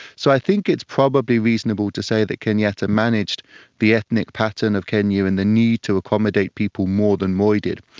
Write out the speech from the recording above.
so i think it's probably reasonable to say that kenyatta managed the ethnic pattern of kenya and the need to accommodate people more than moi did.